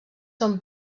són